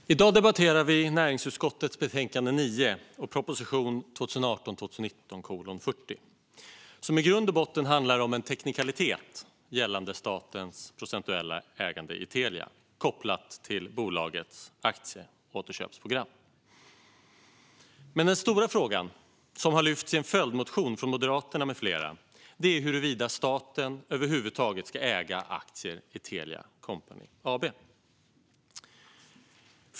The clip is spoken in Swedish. Herr talman! I dag debatterar vi näringsutskottets betänkande 9 och proposition 2018/19:40, som i grund och botten handlar om en teknikalitet gällande statens procentuella ägande i Telia kopplat till bolagets aktieåterköpsprogram. Men den stora frågan, som har lyfts i en följdmotion från Moderaterna med flera, är huruvida staten över huvud taget ska äga aktier i Telia Company AB.